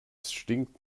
stinkt